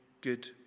good